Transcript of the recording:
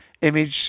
image